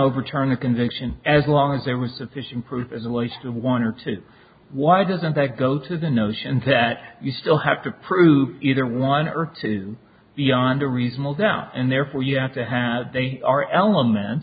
overturn a conviction as long as there was sufficient proof in the waste of one or two why doesn't that go to the notion that you still have to prove either one or two beyond a reasonable doubt and therefore you have to have they are elements